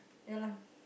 ya lah